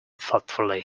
thoughtfully